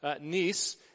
niece